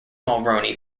mulroney